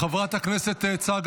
חברת הכנסת צגה